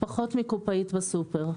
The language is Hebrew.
פחות מקופאית בסופר.